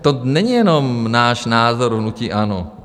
To není jenom náš názor, hnutí ANO.